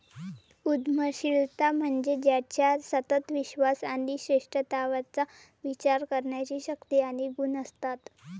उद्यमशीलता म्हणजे ज्याच्यात सतत विश्वास आणि श्रेष्ठत्वाचा विचार करण्याची शक्ती आणि गुण असतात